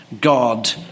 God